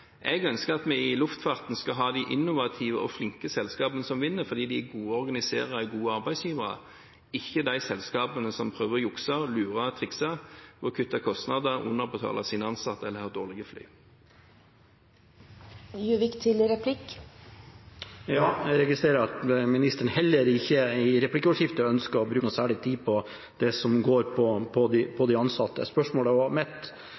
Jeg ønsker at vi i luftfarten skal ha de innovative og flinke selskapene som vinner fordi de er gode til å organisere og gode arbeidsgivere, ikke de selskapene som prøver å jukse og lure og trikse ved å kutte kostnader og underbetale sine ansatte, eller har dårlige fly. Jeg registrerer at ministeren heller ikke i replikkordskiftet ønsker å bruke noe særlig tid på det som går på de ansatte, med unntak av at han har sendt et brev og